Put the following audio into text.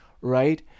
right